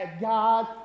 God